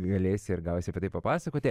galėsi ir gausi apie tai papasakoti